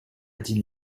digne